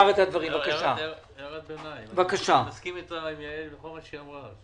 אני מסכים עם יעל בכל דבריה.